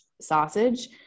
sausage